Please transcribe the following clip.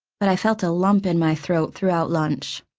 but i felt a lump in my throat throughout lunch.